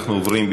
אנחנו עוברים,